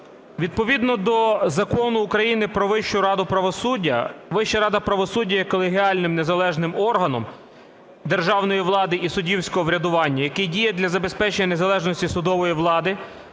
Відповідно до Закону України "Про Вищу раду правосуддя" Вища рада правосуддя є колегіальним, незалежним органом державної влади і суддівського врядування, який діє для забезпечення незалежності судової влади,